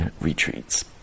retreats